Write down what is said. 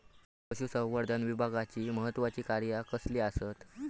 पशुसंवर्धन विभागाची महत्त्वाची कार्या कसली आसत?